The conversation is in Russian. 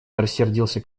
рассердился